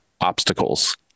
obstacles